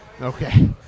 Okay